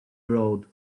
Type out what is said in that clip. road